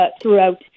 throughout